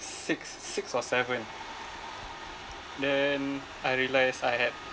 six six or seven then I realised I had